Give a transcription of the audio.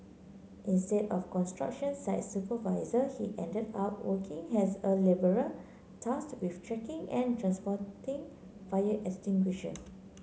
instead of construction site supervisor he ended up working as a labourer tasked with checking and transporting fire extinguishers